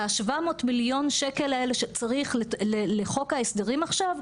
וה-700 מיליון שקלים הללו שצריך לחוק ההסדרים עכשיו,